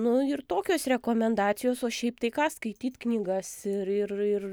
nu ir tokios rekomendacijos o šiaip tai ką skaityt knygas ir ir ir